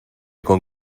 con